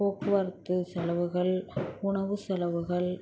போக்குவரத்து செலவுகள் உணவு செலவுகள்